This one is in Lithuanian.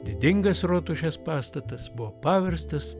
didingas rotušės pastatas buvo paverstas